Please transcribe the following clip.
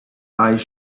eyes